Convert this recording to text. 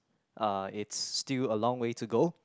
uh it's still a long way to go